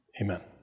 amen